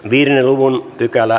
niiden luvun pykälä